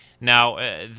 Now